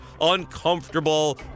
uncomfortable